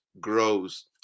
grows